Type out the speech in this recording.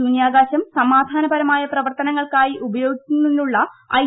ശൂന്യാകാശം സമാധാനപരമായ പ്രവർത്തനങ്ങൾക്കായി ഉപയോഗിക്കുന്നതിനുള്ള ഐ